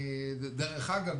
דרך אגב,